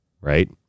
right